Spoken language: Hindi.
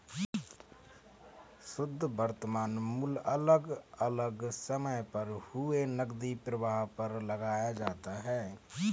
शुध्द वर्तमान मूल्य अलग अलग समय पर हुए नकदी प्रवाह पर लगाया जाता है